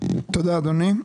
תודה, אדוני.